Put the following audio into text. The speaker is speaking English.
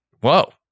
Whoa